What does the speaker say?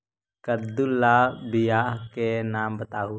कददु ला बियाह के नाम बताहु?